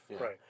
Right